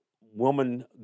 woman